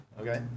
Okay